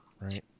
Right